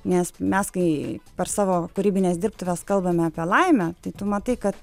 nes mes kai per savo kūrybines dirbtuves kalbame apie laimę tai tu matai kad